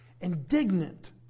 Indignant